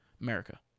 America